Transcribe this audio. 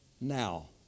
Now